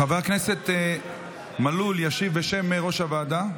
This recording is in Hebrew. חבר הכנסת מלול ישיב בשם יושב-ראש הוועדה.